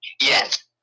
Yes